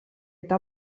eta